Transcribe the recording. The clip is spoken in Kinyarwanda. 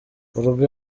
urwo